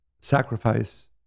sacrifice